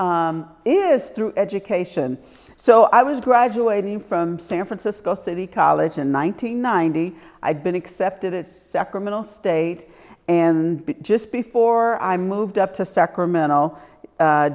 is through education so i was graduating from san francisco city college in one nine hundred ninety i'd been accepted at sacramental state and just before i moved up to sacramento